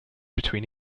between